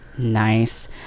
Nice